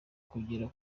kugera